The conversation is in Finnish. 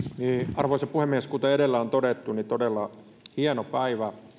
arvoisa puhemies kuten edellä on todettu todella hieno päivä